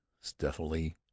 stealthily